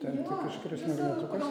ten tik iškris magnetukas